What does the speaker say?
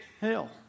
hell